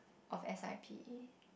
of S_I_P